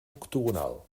octogonal